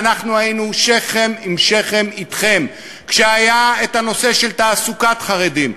ואנחנו היינו שכם אל שכם אתכם כשהיה הנושא של תעסוקת חרדים,